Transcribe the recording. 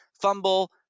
fumble